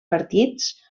partits